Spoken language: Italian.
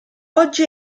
oggi